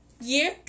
Year